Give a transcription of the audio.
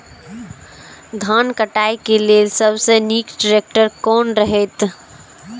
धान काटय के लेल सबसे नीक ट्रैक्टर कोन रहैत?